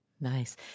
Nice